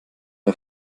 der